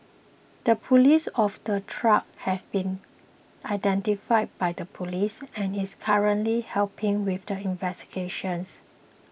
the police of the truck has been identified by the police and is currently helping with investigations